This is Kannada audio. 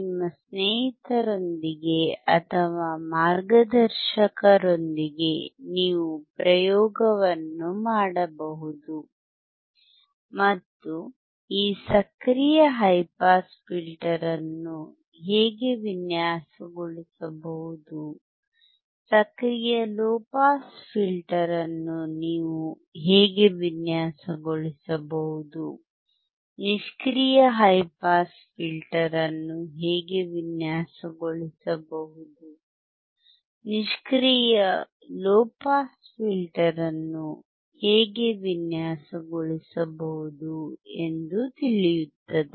ನಿಮ್ಮ ಸ್ನೇಹಿತರೊಂದಿಗೆ ಅಥವಾ ಮಾರ್ಗದರ್ಶಕರೊಂದಿಗೆ ನೀವು ಪ್ರಯೋಗವನ್ನು ಮಾಡಬಹುದು ಮತ್ತು ಈ ಸಕ್ರಿಯ ಹೈ ಪಾಸ್ ಫಿಲ್ಟರ್ ಅನ್ನು ಹೇಗೆ ವಿನ್ಯಾಸಗೊಳಿಸಬಹುದು ಸಕ್ರಿಯ ಲೊ ಪಾಸ್ ಫಿಲ್ಟರ್ ಅನ್ನು ನೀವು ಹೇಗೆ ವಿನ್ಯಾಸಗೊಳಿಸಬಹುದು ನಿಷ್ಕ್ರಿಯ ಹೈ ಪಾಸ್ ಫಿಲ್ಟರ್ ಅನ್ನು ಹೇಗೆ ವಿನ್ಯಾಸಗೊಳಿಸಬಹುದು ನಿಷ್ಕ್ರಿಯ ಲೊ ಪಾಸ್ ಫಿಲ್ಟರ್ ಹೇಗೆ ವಿನ್ಯಾಸಗೊಳಿಯಬಹುದು ಎಂದು ತಿಳಿಯುತ್ತದೆ